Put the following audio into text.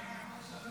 ההצעה